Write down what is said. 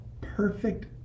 perfect